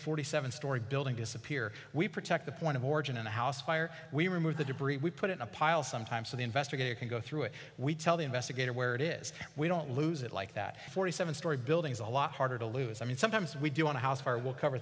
forty seven story building disappear we protect the point of origin in a house fire we remove the debris we put in a pile sometimes for the investigator can go through it we tell the investigator where it is we don't lose it like that forty seven story building is a lot harder to lose i mean sometimes we do want to house our will cover